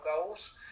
goals